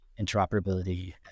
interoperability